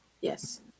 Yes